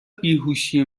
بیهوشی